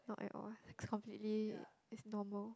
not at all ah completely it's normal